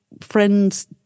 friends